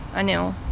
i knew.